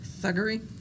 Thuggery